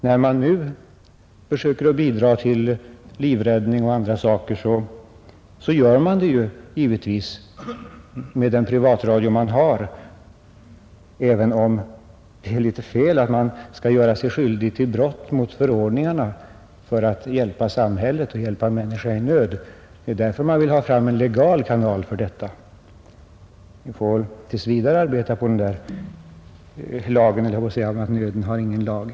När man nu försöker att hjälpa till i räddningsarbete av något slag, så gör man det givetvis med den privatradio man har, även om det känns fel att man skall begå brott mot förordningarna för att kunna hjälpa samhället eller hjälpa en människa i nöd. Därför vill vi ha en legal kanal för den saken. Men tills vidare får vi väl nöja oss med de möjligheter vi har nu, ty nöden har ju ingen lag.